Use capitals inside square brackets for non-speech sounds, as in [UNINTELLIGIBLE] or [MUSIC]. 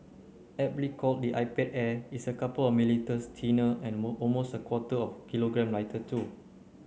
aptly called the iPad Air it's a couple of millimetres thinner and [UNINTELLIGIBLE] almost a quarter of kilogram lighter too